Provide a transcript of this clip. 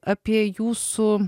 apie jūsų